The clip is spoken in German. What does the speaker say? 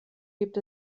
gibt